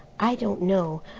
i don't know.